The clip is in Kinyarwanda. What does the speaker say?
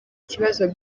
kibazo